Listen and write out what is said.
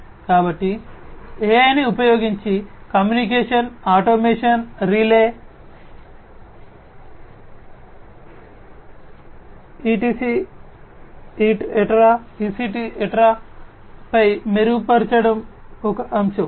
కాబట్టి AI ని ఉపయోగించి communication automation relay etcetera etcetera పై మెరుగుపరచడం ఒక అంశం